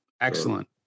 Excellent